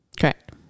Correct